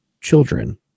children